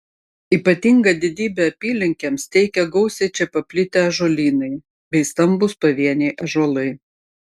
ypatingą didybę apylinkėms teikia gausiai čia paplitę ąžuolynai bei stambūs pavieniai ąžuolai